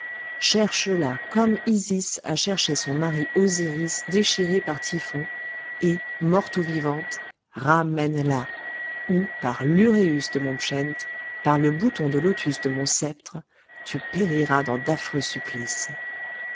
hypogée cherche la comme isis a cherché son mari osiris déchiré par typhon et morte ou vivante ramène la ou par l'uræus de mon pschent par le bouton de lotus de mon sceptre tu périras dans d'affreux supplices